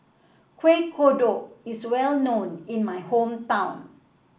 Kueh Kodok is well known in my hometown